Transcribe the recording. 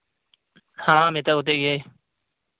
ᱦᱮᱸ ᱢᱮᱛᱟ ᱟᱫᱮ ᱜᱤᱭᱟᱹᱧ